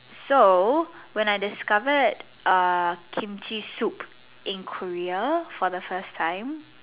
so when I discovered Kimchi soup in Korea for the first time